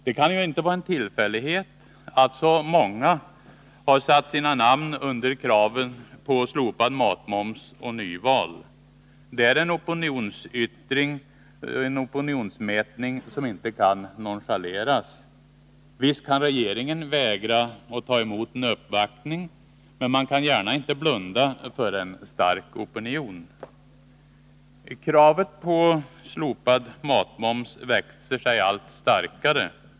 Det kan inte vara en tillfällighet att så många satt sina namn under kraven på slopad matmoms och nyval. Det är en opinionsmätning som inte kan nonchaleras. Visst kan regeringen vägra att ta emot en uppvaktning, men man kan inte gärna blunda för en stark opinion. Kravet på slopad matmoms växer sig allt starkare.